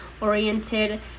oriented